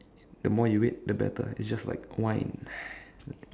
the more you wait the better it's just like wine